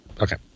Okay